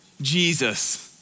Jesus